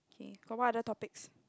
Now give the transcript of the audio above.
k got what other topics